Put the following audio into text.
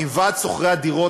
עם ועד שוכרי הדירות,